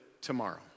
tomorrow